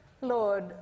Lord